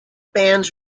bands